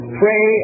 pray